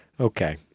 Okay